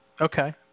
Okay